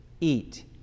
eat